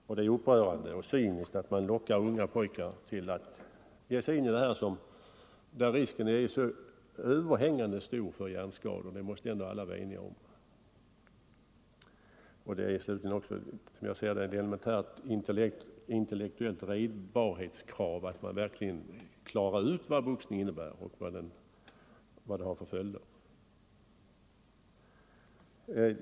Och det är upprörande och cyniskt att locka unga pojkar till att ge sig in på ett område där riskerna är så överhängande för hjärnskador — det måste alla vara eniga om. Det är också, som jag ser det, ett elementärt, intellektuellt redbarhetskrav att verkligen undersöka vad boxningen innebär och har för följder.